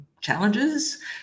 challenges